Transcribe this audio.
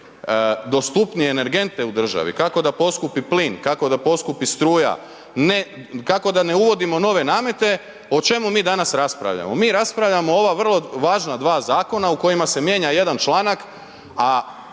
dostupnije energente u državi, kako da poskupi plin, kako da poskupi struja, kako da ne uvodimo nove namete, o čemu mi danas raspravljamo. Mi raspravljamo o ova vrlo važna dva zakona u kojima se mijenja jedan članak,